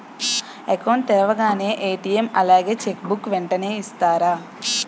Account తెరవగానే ATM అలాగే cheque book వెంటనే ఇస్తారా?